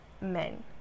men